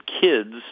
kids